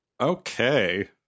Okay